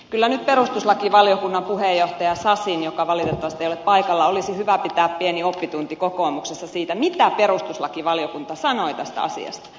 kyllä nyt perustuslakivaliokunnan puheenjohtaja sasin joka valitettavasti ei ole paikalla olisi hyvä pitää pieni oppitunti kokoomuksessa siitä mitä perustuslakivaliokunta sanoi tästä asiasta